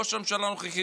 ראש הממשלה הנוכחי,